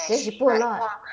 then she put a lot